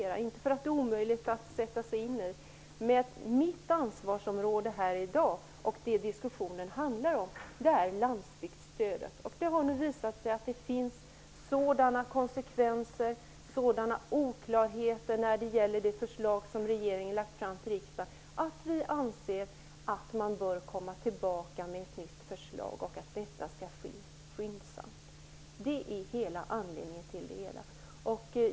Det beror inte på att det är omöjligt att sätta sig in i det, men mitt ansvarsområde här i dag och det som diskussionen handlar om är ju landsbygdsstödet. Nu har det visat sig att det är fråga om sådana konsekvenser och oklarheter beträffande det förslag som regeringen lagt fram för riksdagen att vi anser att man bör komma tillbaka med ett nytt förslag och att detta skall ske skyndsamt. Det är anledningen till det hela.